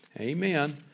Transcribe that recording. amen